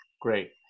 Great